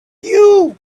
you